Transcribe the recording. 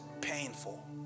painful